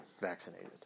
vaccinated